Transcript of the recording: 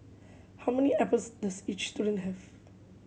how many apples does each student have